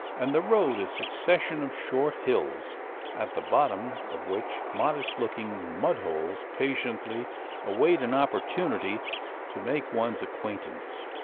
and the road a succession of short-hills, at the bottom of which modest-looking mud-holes patiently await an opportunity to make one's acquaintance,